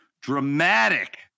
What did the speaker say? dramatic